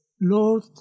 Lord